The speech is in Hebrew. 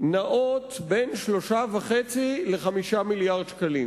נעות בין 3.5 ל-5 מיליארדי שקלים.